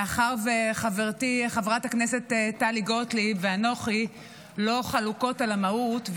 מאחר שחברתי חברת הכנסת טלי גוטליב ואנוכי לא חלוקות על המהות,